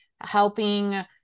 helping